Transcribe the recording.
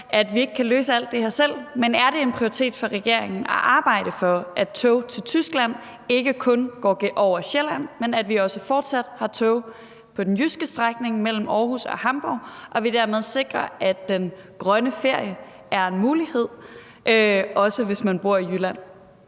at vi ikke kan løse alt det her selv. Men er det en prioritet for regeringen at arbejde for, at tog til Tyskland ikke kun går over Sjælland, men at vi også fortsat har tog på den jyske strækning mellem Aarhus og Hamborg, og at vi dermed sikrer, at den grønne ferie er en mulighed, også hvis man bor i Jylland?